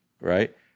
Right